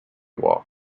walk